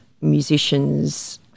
musicians